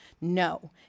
No